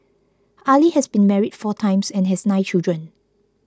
Ali has been married four times and has nine children